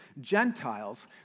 Gentiles